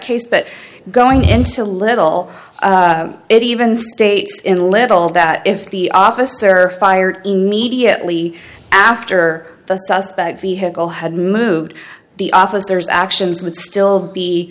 case but going into little it even states in little that if the officer fired immediately after the suspect vehicle had moved the officers actions would still be